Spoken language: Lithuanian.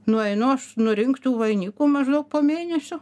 nueinu aš nurinkt tų vainikų maždaug po mėnesio